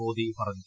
മോദി പറഞ്ഞു